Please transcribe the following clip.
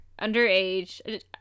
underage